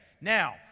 Now